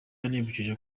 yanibukije